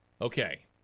Okay